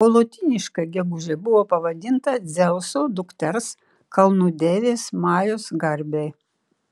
o lotyniškai gegužė buvo pavadinta dzeuso dukters kalnų deivės majos garbei